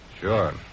Sure